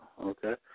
okay